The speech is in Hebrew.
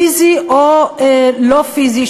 פיזי או לא פיזי,